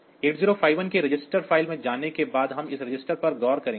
8051 के register file में जाने के बाद हम इस रजिस्टर पर गौर करेंगे